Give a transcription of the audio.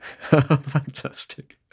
Fantastic